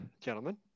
gentlemen